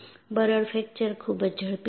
બરડ ફ્રેક્ચર ખૂબ જ ઝડપી છે